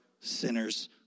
sinners